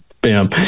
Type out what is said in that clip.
Bam